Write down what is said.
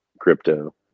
crypto